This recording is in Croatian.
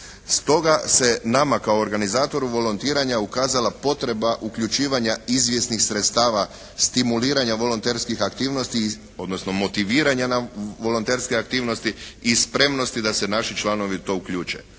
Stoga se nama kao organizatoru volontiranja ukazala potreba uključivanja izvjesnih sredstava stimuliranja volonterskih aktivnosti odnosno motiviranja volonterske aktivnosti i spremnosti da se naši članovi u to uključe.